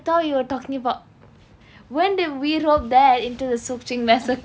okay I tell you were talking about when we wrote there into the soothing massage